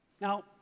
Now